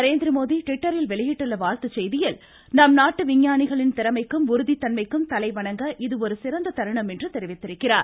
நரேந்திரமோடி ட்விட்டரில் வெளியிட்டுள்ள வாழ்த்துச்செய்தியில் நம் நாட்டு விஞ்ஞானிகளின் திறமைக்கும் உறுதி தன்மைக்கும் தலை வணங்க இது ஒரு சிறந்த தருணம் என்று தெரிவித்துள்ளார்